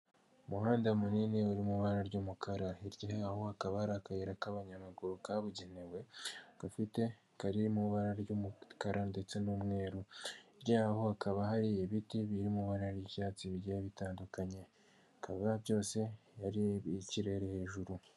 Umuhanda munini uri mu ibara ry'umukara, hirya yaho hakaba hari akayira k'abanyamaguru kabugenewe kari mu ibara ry'umukara ndetse n'umweru. Hirya yaho hakaba hari ibiti biri mu ibara ry'icyatsi bigiye bitandukanye, bikaba byose hari ikirere hejuru.